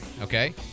Okay